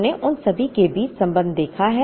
हमने उन सभी के बीच संबंध देखा है